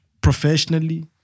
professionally